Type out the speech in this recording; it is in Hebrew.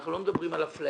אנחנו לא מדברים על אפליה.